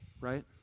Right